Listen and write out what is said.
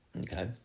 Okay